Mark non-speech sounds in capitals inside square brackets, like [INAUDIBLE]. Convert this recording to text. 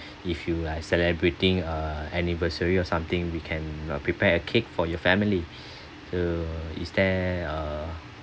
[BREATH] if you like celebrating uh anniversary or something we can uh prepare a cake for your family [BREATH] uh is there uh